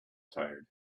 tired